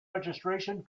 registration